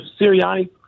Sirianni